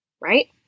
right